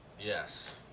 Yes